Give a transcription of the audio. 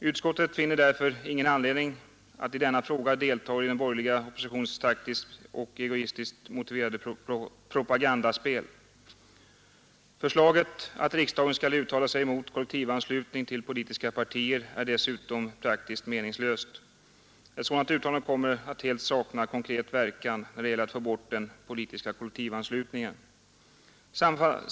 Utskottet finner därför ingen anledning att i denna fråga delta i den borgerliga oppositionens taktiskt och egoistiskt motiverade propagandaspel. Förslaget att riksdagen skall uttala sig mot kollektivanslutning till politiska partier är dessutom praktiskt meningslöst. Ett sådant uttalande kommer att helt sakna konkret verkan, när det gäller att få bort den politiska kollektivanslutningen.